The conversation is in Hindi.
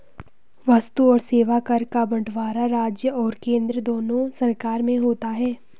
वस्तु और सेवा कर का बंटवारा राज्य और केंद्र दोनों सरकार में होता है